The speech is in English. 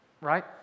Right